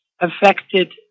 affected